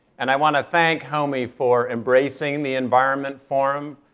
and i want to thank homi for embracing the environment forum,